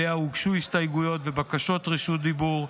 שאליה הוגשו הסתייגויות ובקשות רשות דיבור.